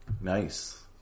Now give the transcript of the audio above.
nice